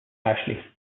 ashley